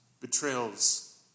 betrayals